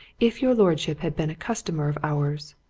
if your lordship had been a customer of ours